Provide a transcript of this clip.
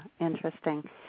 Interesting